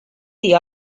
the